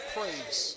Praise